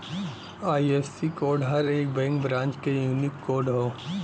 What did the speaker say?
IFSC code हर एक bank branch क यूनिक कोड हौ